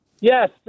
yes